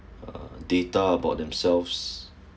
uh data about themselves